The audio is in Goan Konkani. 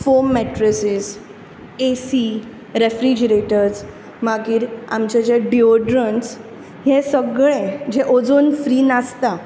फोमेट्रसीस ए सी रेफ्रिजरेटरस मागीर आमचें जे डियोड्रण्ट्स हे सगळें जे ओजोन फ्री नासता